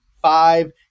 Five